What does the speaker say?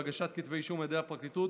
והגשת כתבי אישום על ידי הפרקליטות